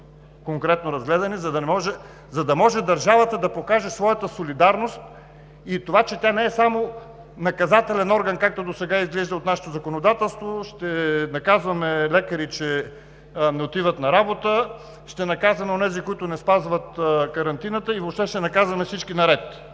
конкретно разгледани, за да може държавата да покаже своята солидарност и това, че тя не е само наказателен орган, както досега изглежда от нашето законодателство – ще наказваме лекари, че не отиват на работа; ще наказваме онези, които не спазват карантината, и въобще ще наказваме всички наред.